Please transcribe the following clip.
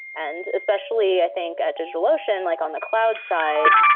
and especially, i think at digitalocean, like on the cloud side,